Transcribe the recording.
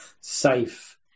safe